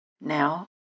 Now